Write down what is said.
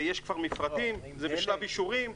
יש כבר מפרטים, זה בשלב אישורים.